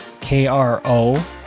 K-R-O